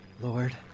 Lord